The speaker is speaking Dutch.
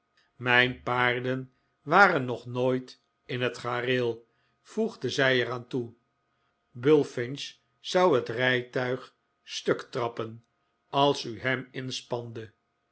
mijn paarden waren nog nooit in het gareel voegde zij er aan toe bulflnch zou het rijtuig stuk trappen als u hem inspande